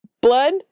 Blood